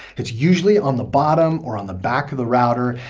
it's usually on the bottom or on the back of the router.